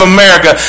America